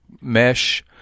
mesh